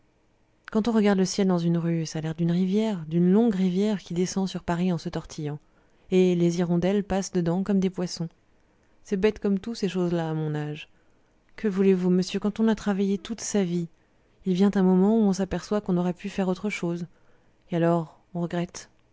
quand on regarde le ciel dans une rue ça a l'air d'une rivière d'une longue rivière qui descend sur paris en se tortillant et les hirondelles passent dedans comme des poissons c'est bête comme tout ces choses-là à mon âge que voulez-vous monsieur quand on a travaillé toute sa vie il vient un moment où on s'aperçoit qu'on aurait pu faire autre chose et alors on regrette